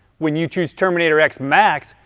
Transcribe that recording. when you choose terminator x max,